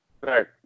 Right